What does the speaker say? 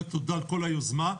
תודה על כל היוזמה.